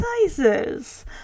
sizes